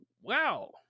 wow